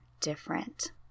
different